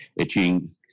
achieving